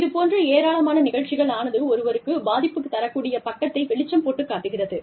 இது போன்ற ஏராளமான நிகழ்ச்சிகள் ஆனது ஒருவருக்கு பாதிப்புத்தரக்கூடிய பக்கத்தை வெளிச்சம் போட்டுக் காட்டுகிறது